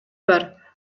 бар